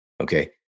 Okay